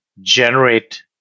generate